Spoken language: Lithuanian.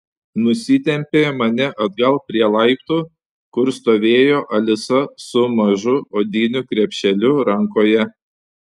nusitempė mane atgal prie laiptų kur stovėjo alisa su mažu odiniu krepšeliu rankoje